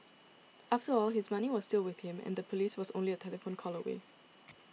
after all his money was still with him and the police was only a telephone call away